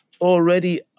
already